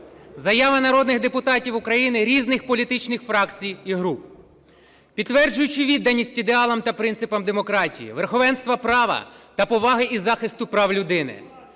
Заява народних депутатів України різних політичних фракцій і груп. "Підтверджуючи відданість ідеалам та принципам демократії, верховенства права та поваги і захисту прав людини,